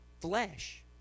flesh